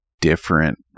different